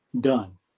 done